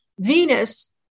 Venus